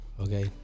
okay